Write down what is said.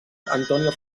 antonio